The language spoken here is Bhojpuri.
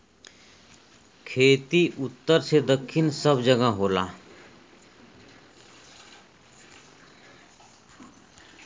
खेती उत्तर से दक्खिन सब जगह होला